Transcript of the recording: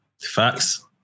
facts